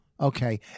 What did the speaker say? Okay